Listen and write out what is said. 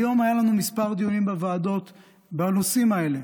היום היו לנו כמה דיונים בוועדות בנושאים האלה,